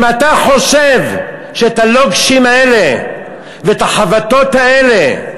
אם אתה חושב שאת הלוקשים האלה ואת החבטות האלה,